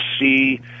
see